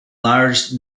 large